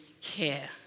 care